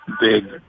big